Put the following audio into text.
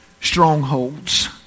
strongholds